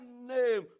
name